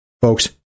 Folks